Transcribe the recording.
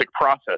process